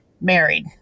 Married